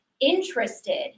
interested